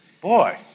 boy